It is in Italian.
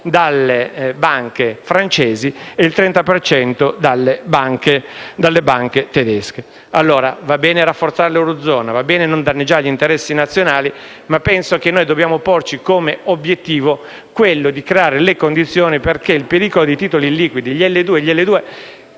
dalle banche francesi e il 30 per cento dalle banche tedesche. Va bene allora rafforzare l'eurozona, va bene non danneggiare gli interessi nazionali, ma penso che dobbiamo porci come obiettivo quello di creare le condizioni perché non si presenti il pericolo di titoli liquidi (gli L2 a cui